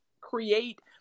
create